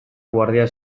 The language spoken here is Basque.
guardia